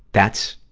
that's,